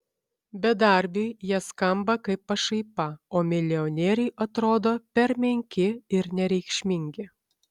bedarbiui jie skamba kaip pašaipa o milijonieriui atrodo per menki ir nereikšmingi